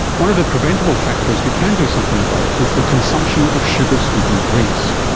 one of the preventable factors we can do something about is the consumption of sugar sweetened drinks.